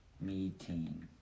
meeting